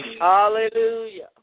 Hallelujah